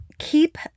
Keep